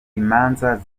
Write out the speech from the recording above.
imanza